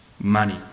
Money